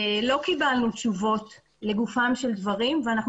לא קיבלנו תשובות לגופם של דברים ואנחנו